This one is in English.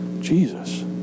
Jesus